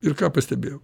ir ką pastebėjau